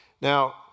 Now